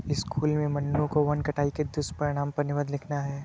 school में मन्नू को वन कटाई के दुष्परिणाम पर निबंध लिखना है